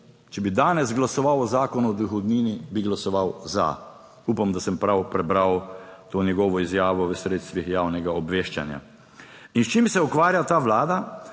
če bi danes glasoval o Zakonu o dohodnini, bi glasoval za. Upam, da sem prav prebral to njegovo izjavo v sredstvih javnega obveščanja. In s čim se ukvarja ta vlada?